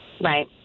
Right